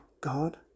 God